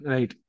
Right